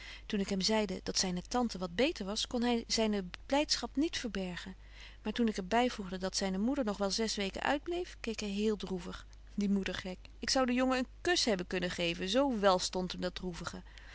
toen ik hem zeide dat zyne tante wat beter was kon hy zyne blydschap niet verbergen maar toen ik er byvoegde dat zyne moeder nog wel zes weken uitbleef keek hy heel droevig die moedergek ik zou den jongen een kus hebben kunnen geven zo wél stondt hem dat